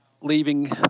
leaving